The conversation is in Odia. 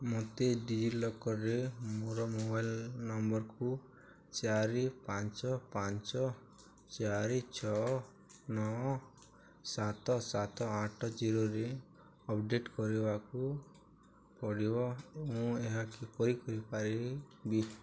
ମୋତେ ଡି ଜି ଲକର୍ରେ ମୋର ମୋବାଇଲ୍ ନମ୍ବରକୁ ଚାରି ପାଞ୍ଚ ପାଞ୍ଚ ଚାରି ଛଅ ନଅ ସାତ ସାତ ଆଠ ଜିରୋରେ ଅପଡ଼େଟ୍ କରିବାକୁ ପଡ଼ିବ ମୁଁ ଏହା କିପରି କରିପାରିବି ବି